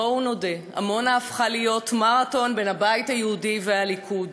בואו נודה: עמונה הפכה להיות מרתון בין הבית היהודי לליכוד,